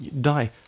Die